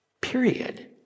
Period